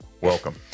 Welcome